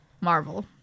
Marvel